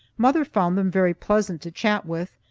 mother found them very pleasant to chat with,